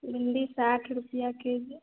भिंडी साठ रुपये के जी